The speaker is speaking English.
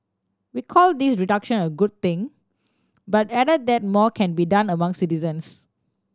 we called this reduction a good thing but added that more can be done among citizens